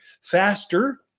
faster